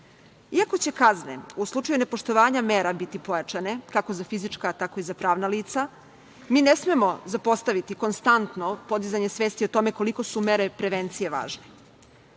će kazne u slučaju nepoštovanja mera biti pojačane, kako za fizička, tako i za pravna lica, mi ne smemo zapostaviti konstanto podizanje svesti o tome koliko su mere prevencije važne.